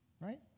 Right